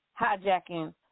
Hijacking